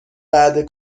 بعده